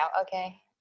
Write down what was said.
okay